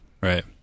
Right